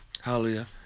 Hallelujah